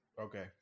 Okay